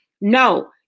No